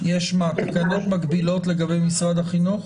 יש תקנות מקבילות לגבי משרד החינוך